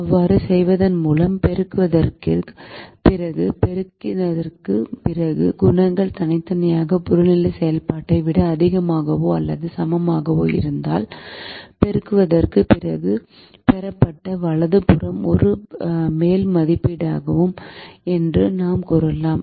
அவ்வாறு செய்வதன் மூலம் பெருக்கத்திற்குப் பிறகு பெருக்கத்திற்குப் பிறகு குணகங்கள் தனித்தனியாக புறநிலை செயல்பாட்டை விட அதிகமாகவோ அல்லது சமமாகவோ இருந்தால் பெருக்கத்திற்குப் பிறகு பெறப்பட்ட வலது புறம் ஒரு மேல் மதிப்பீடாகும் என்று நாம் கூறலாம்